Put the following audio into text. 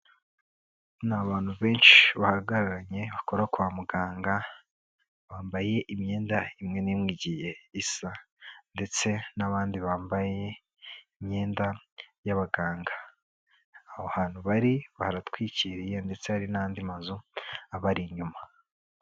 Ni abantu benshi bahagararanye bakora kwa muganga, bambaye imyenda imwe n'imwe igiye isa ndetse n'abandi bambaye imyenda y'abaganga, aho hantu bari baratwikiriye ndetse hari n'andi mazu abari inyuma.